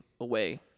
away